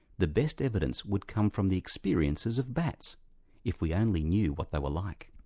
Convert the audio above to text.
the best evidence would come from the experiences of bats if we only knew what they were like.